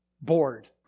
bored